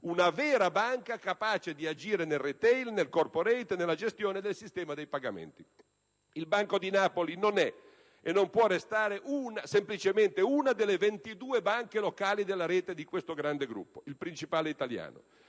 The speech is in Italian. Una vera banca capace di agire nel *retail*, nel corpo rete e nella gestione del sistema dei pagamenti. Il Banco di Napoli non è, e non può restare semplicemente, una delle 22 banche locali della rete di questo grande gruppo, il principale italiano.